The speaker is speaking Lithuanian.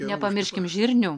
nepamirškim žirnių